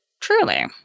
Truly